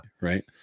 right